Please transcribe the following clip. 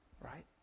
right